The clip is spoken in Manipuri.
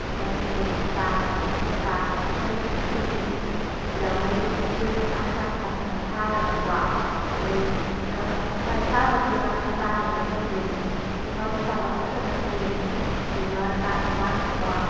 ꯑꯩꯈꯣꯏ ꯍꯧꯖꯤꯛ ꯂꯣꯛꯇꯥꯛ ꯂꯣꯛꯇꯥꯛ ꯀꯩꯅꯣꯁꯤ ꯐꯨꯝꯗꯤꯁꯤ ꯁꯤꯗ ꯑꯩꯈꯣꯏ ꯌꯨꯝ ꯃꯆꯥ ꯃꯆꯥ ꯃꯆꯥ ꯃꯆꯥ ꯁꯥꯔꯒꯀꯣ ꯑꯩꯈꯣꯏ ꯐꯥꯏꯞ ꯏꯁꯇꯥꯔ ꯍꯣꯇꯦꯜꯒ ꯀꯠꯆꯥꯅꯤ ꯑꯗꯨꯗ ꯇꯧꯗꯣꯏꯗꯣ ꯇꯨꯝꯐꯝ ꯆꯥꯐꯝ ꯐꯖꯅ ꯄꯤꯔꯅꯤ ꯑꯗꯨꯒ ꯆꯥꯛ ꯌꯦꯟꯁꯥꯡꯁꯤꯀꯣ